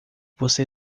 você